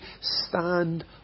stand